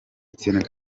etienne